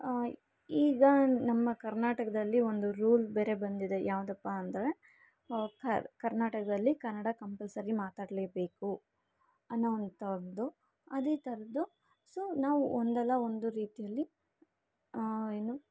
ಆಂ ಈಗ ನಮ್ಮ ಕರ್ನಾಟಕದಲ್ಲಿ ಒಂದು ರೂಲ್ ಬೇರೆ ಬಂದಿದೆ ಯಾವ್ದಪ್ಪ ಅಂದರೆ ಕರ್ನಾಟಕದಲ್ಲಿ ಕನ್ನಡ ಕಂಪಲ್ಸರಿ ಮಾತಾಡಲೇಬೇಕು ಅನ್ನೋವಂಥದ್ದು ಅದೇ ಥರದ್ದು ಸೊ ನಾವು ಒಂದಲ್ಲ ಒಂದು ರೀತಿಲ್ಲಿ ಏನು